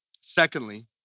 Secondly